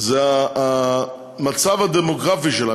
זה המצב הדמוגרפי שלה,